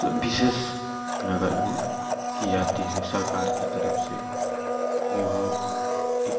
जो विशेष नगर में की जाती है सरकार की तरफ से वहाँ एक